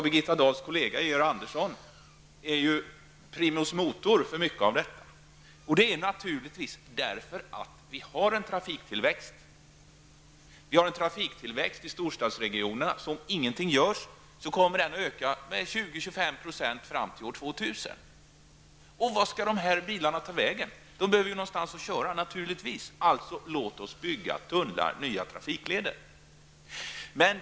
Birgitta Dahls kollega Georg Andersson är primus motor för mycket av detta. Orsaken är naturligtvis att vi har en trafiktillväxt, som i storstadsregionerna, om ingenting görs, kommer att öka med 20--25 % fram till år 2000. Vart skall de bilarna ta vägen? De behöver naturligtvis någonstans att köra. Därför byggs tunnlar och nya trafikleder.